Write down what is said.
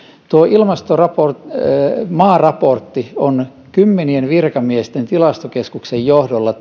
tuo maaraportti on kymmenien virkamiesten tilastokeskuksen johdolla